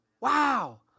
Wow